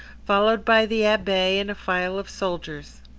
followed by the abbe and a file of soldiers.